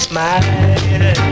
Smile